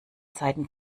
seiten